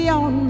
on